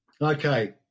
Okay